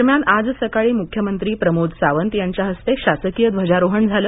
दरम्यान आज सकाळी मुख्यमंत्री प्रमोद सावंत यांच्या हस्ते शासकीय ध्वजारोहण झालं